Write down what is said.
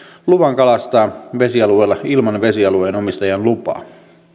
luvan kalastaa vesialueella ilman vesialueen omistajan lupaa